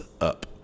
up